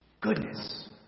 Goodness